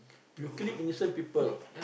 you killing innocent people